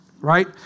right